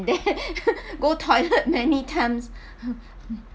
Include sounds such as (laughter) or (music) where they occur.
there (laughs) go toilet many times (breath) (breath)